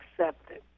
accepted